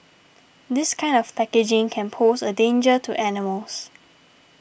this kind of packaging can pose a danger to animals